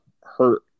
hurt